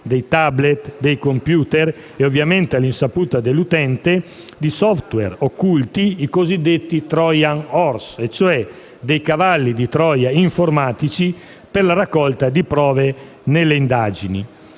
*tablet o computer*), ovviamente all'insaputa dell'utente, di *software* occulti, i cosiddetti *trojan horse*, ossia dei cavalli di Troia informatici per la raccolta di prove nelle indagini.